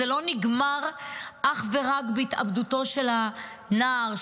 זה לא נגמר אך ורק בהתאבדותו של הנער,